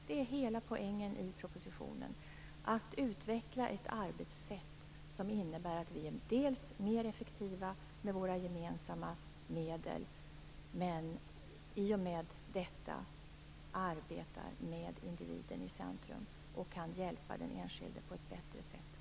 Hela poängen i propositionen är att det skall utvecklas ett arbetssätt som innebär att vi dels är mer effektiva med våra gemensamma medel, dels arbetar med individen i centrum och kan hjälpa den enskilde på ett bättre sätt.